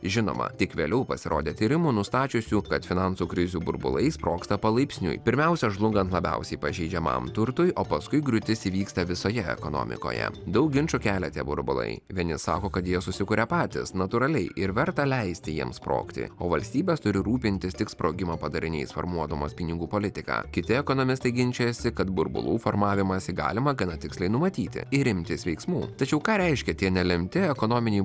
žinoma tik vėliau pasirodė tyrimų nustačiusių kad finansų krizių burbulai sprogsta palaipsniui pirmiausia žlungant labiausiai pažeidžiamam turtui o paskui griūtis įvyksta visoje ekonomikoje daug ginčų kelia tie burbulai vieni sako kad jie susikuria patys natūraliai ir verta leisti jiems sprogti o valstybės turi rūpintis tik sprogimo padariniais formuodamos pinigų politiką kiti ekonomistai ginčijasi kad burbulų formavimąsi galima gana tiksliai numatyti ir imtis veiksmų tačiau ką reiškia tie nelemti ekonominiai